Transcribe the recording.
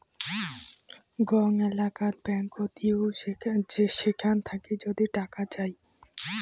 গং এলেকাত যেগুলা ব্যাঙ্কত হউ সেখান থাকি যদি টাকা চাই